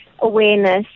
awareness